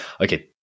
okay